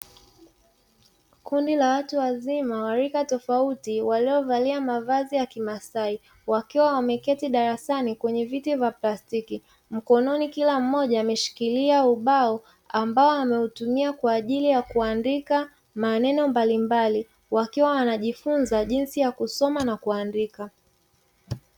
Kundi la watu wazima wa rika tofauti waliovalia mavazi ya kimasai; wakiwa wameketi darasani kwenye viti vya plastiki, mkononi kila mmoja ameshikilia ubao ambao ametumia kwa ajili ya kuandika maneno mbalimbali; wakiwa wanajifunza jinsi ya kusoma na kuandika.